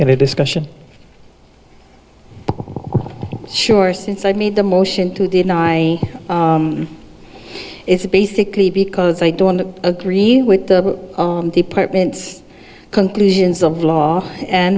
to discussion sure since i made the motion to deny it's basically because i don't agree with the department's conclusions of law and